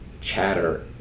Chatter